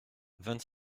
vingt